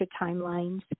timelines